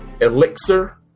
elixir